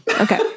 Okay